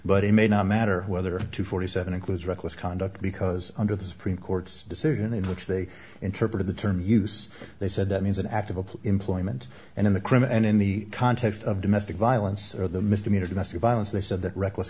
but it may not matter whether two forty seven includes reckless conduct because under the supreme court's decision in which they interpreted the term use they said that means and after the employment and in the criminal and in the context of domestic violence or the misdemeanor domestic violence they said that reckless